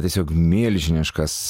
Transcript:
tiesiog milžiniškas